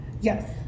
Yes